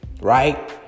right